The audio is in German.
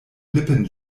lippen